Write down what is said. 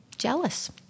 jealous